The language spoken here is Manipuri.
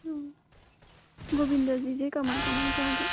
ꯑꯣ ꯒꯣꯚꯤꯟꯗꯖꯤꯁꯦ ꯀꯃꯥꯏꯅ ꯀꯃꯥꯏꯅ ꯇꯧꯒꯦ